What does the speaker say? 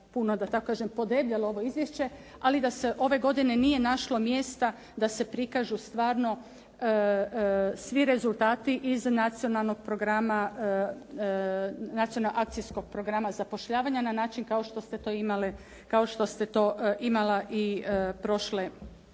puno, da tako kažem, podebljalo ovo izvješće ali da se ove godine nije našlo mjesta da se prikažu stvarno svi rezultati iz Nacionalnog programa, Akcijskog programa zapošljavanja na način kao što ste imala i prošle godine.